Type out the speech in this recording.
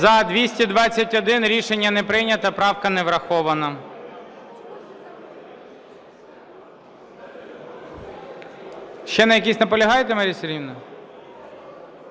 За-221 Рішення не прийнято. Правка не врахована.